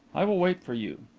i will wait for you.